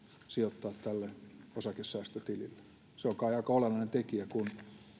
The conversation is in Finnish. sijoittaa tälle osakesäästötilille se on kai aika olennainen tekijä kun